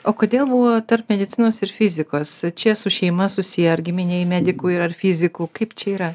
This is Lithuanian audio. o kodėl buvo tarp medicinos ir fizikos čia su šeima susiję ar giminėj medikų ir ar fizikų kaip čia yra